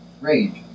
Rage